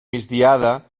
migdiada